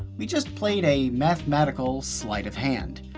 we just played a mathematical sleight of hand.